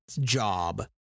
job